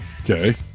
Okay